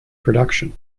production